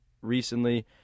recently